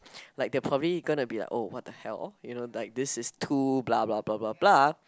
like they're probably gonna be like oh what the hell you know like this is too blah blah blah blah blah